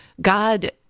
God